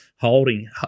Holding